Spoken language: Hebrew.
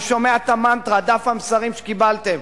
אני שומע את המנטרה, דף המסרים שקיבלתם.